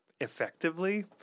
effectively